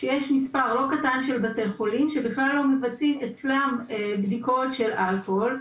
שיש מספר לא קטן של בתי חולים שבכלל לא בצעים אצלם בדיקות של אלכוהול.